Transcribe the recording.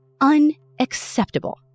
unacceptable